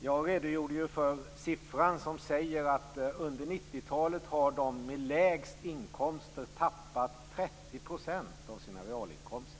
Jag redogjorde ju för att under 90-talet har de med lägst inkomster tappat 30 % av sina realinkomster.